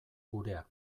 gurea